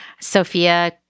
sophia